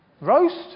Roast